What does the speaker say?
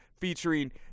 featuring